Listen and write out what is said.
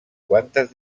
quantes